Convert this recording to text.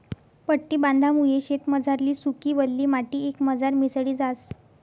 पट्टी बांधामुये शेतमझारली सुकी, वल्ली माटी एकमझार मिसळी जास